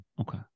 Okay